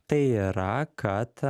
tai yra kad